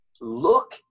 look